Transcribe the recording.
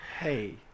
Hey